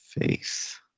faith